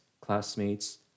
classmates